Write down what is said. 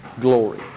glory